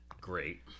Great